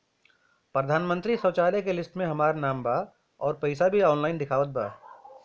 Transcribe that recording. प्रधानमंत्री शौचालय के लिस्ट में हमार नाम बा अउर पैसा भी ऑनलाइन दिखावत बा